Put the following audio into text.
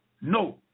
no